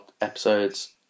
episodes